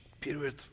period